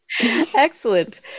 Excellent